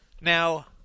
Now